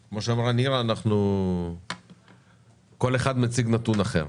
כמו שאמרה נירה, כל אחד מציג נתון אחר,